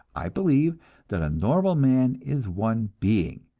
i believe that a normal man is one being,